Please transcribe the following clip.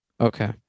Okay